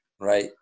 right